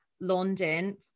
London